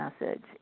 message